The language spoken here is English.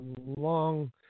long